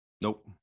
Nope